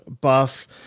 buff